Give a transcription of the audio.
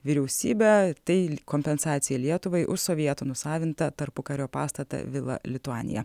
vyriausybe tai kompensacija lietuvai už sovietų nusavintą tarpukario pastatą vila lituanija